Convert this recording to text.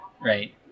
right